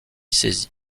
saisi